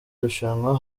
rushanwa